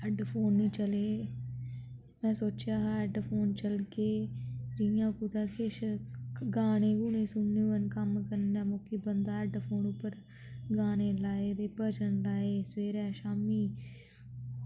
headphone निं चले चले में सोचेआ हा हैडफोन चलगे जियां कुतै किश गाने गुने सुनने होन कम्म करने दे मौकी बंदा हैडफोन उप्पर गाने लाए ते भजन लाए सवेरे शाम्मी